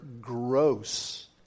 gross